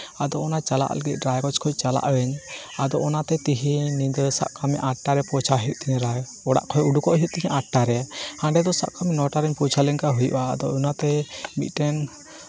ᱟᱫᱚ ᱚᱱᱟ ᱪᱟᱞᱟᱜ ᱞᱟᱹᱜᱤᱫ ᱨᱟᱭᱜᱚᱸᱡᱽ ᱠᱷᱚᱡ ᱪᱟᱞᱟᱜ ᱟᱹᱧ ᱟᱫᱚ ᱚᱱᱟᱛᱮ ᱛᱮᱦᱤᱧ ᱧᱤᱫᱟᱹ ᱥᱟᱵ ᱠᱟᱜ ᱢᱮ ᱟᱴ ᱴᱟᱨᱮ ᱯᱳᱪᱷᱟᱣ ᱦᱩᱭᱩᱜ ᱛᱤᱧᱟ ᱞᱟᱦᱟᱨᱮ ᱚᱲᱟᱜ ᱠᱷᱚᱡ ᱩᱰᱩᱠᱚᱜ ᱦᱩᱭᱩᱜ ᱛᱤᱧᱟ ᱟᱴ ᱴᱟᱨᱮ ᱦᱟᱸᱰᱮ ᱫᱚ ᱥᱟᱵ ᱠᱟᱜ ᱢᱮ ᱱᱚᱴᱟ ᱨᱮᱧ ᱯᱳᱪᱷᱟᱣ ᱞᱮᱱᱠᱷᱟᱡ ᱦᱩᱭᱩᱜᱼᱟ ᱟᱫᱚ ᱚᱱᱟᱛᱮ ᱢᱤᱫᱴᱮᱱ